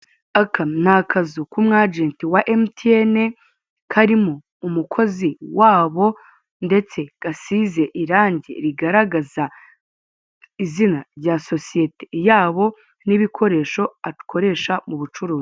Aka ni akazu k'umu ajenti wa MTN, karimo umukozi wabo, ndetse gasize irangi arigaragaza izina rya sosiyete yabo, n'ibikoresho akoresha mu bucuruzi.